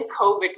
COVID